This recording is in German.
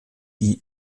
die